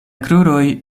kruroj